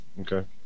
Okay